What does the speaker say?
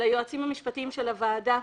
ליועצים המשפטיים של הוועדה,